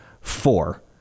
four